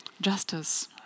Justice